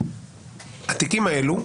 התיקים האלה,